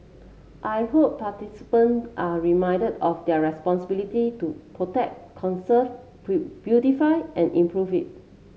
I hope participant are reminded of their responsibility to protect conserve beautify and improve it